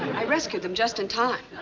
i rescued them just in time.